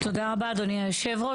תודה רבה, אדוני יושב הראש.